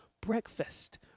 breakfast